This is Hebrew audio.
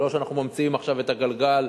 זה לא שאנחנו ממציאים עכשיו את הגלגל